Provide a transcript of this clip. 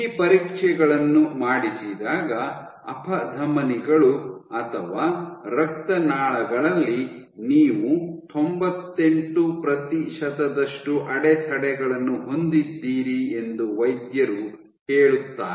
ಈ ಪರೀಕ್ಷೆಗಳನ್ನು ಮಾಡಿಸಿದಾಗ ಅಪಧಮನಿಗಳು ಅಥವಾ ರಕ್ತನಾಳಗಳಲ್ಲಿ ನೀವು ತೊಂಬತ್ತೆಂಟು ಪ್ರತಿಶತದಷ್ಟು ಅಡೆತಡೆಗಳನ್ನು ಹೊಂದಿದ್ದೀರಿ ಎಂದು ವೈದ್ಯರು ಹೇಳುತ್ತಾರೆ